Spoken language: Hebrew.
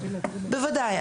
בוודאי,